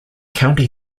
county